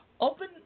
Open